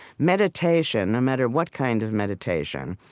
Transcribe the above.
meditation, no matter what kind of meditation,